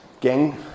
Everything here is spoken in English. gang